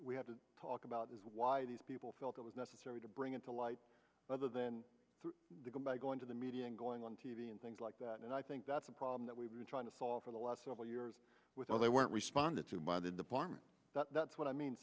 we have to talk about is why these people felt it was necessary to bring it to light rather than to go by going to the media and going on t v and things like that and i think that's a problem that we've been trying to solve for the last several years with the they weren't responded to mind in the barn that's what i mean